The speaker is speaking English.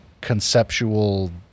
conceptual